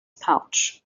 pouch